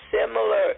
similar